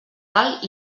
dalt